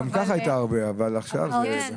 גם כך היא הייתה הרבה בכנסת, אבל עכשיו הרבה יותר.